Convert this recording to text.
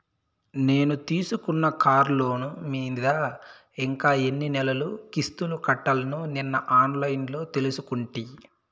నేను తీసుకున్న కార్లోను మీద ఇంకా ఎన్ని నెలలు కిస్తులు కట్టాల్నో నిన్న ఆన్లైన్లో తెలుసుకుంటి